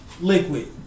liquid